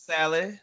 Sally